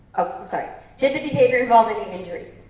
so did the behavior involve any injury?